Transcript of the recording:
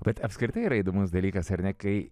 bet apskritai yra įdomus dalykas ar ne kai